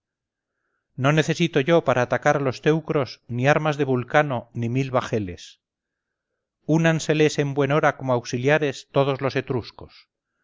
no necesito yo para atacar a los teucros ni armas de vulcano ni mil bajeles únanseles en buen hora como auxiliares todos los etruscos